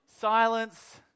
silence